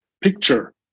picture